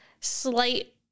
slight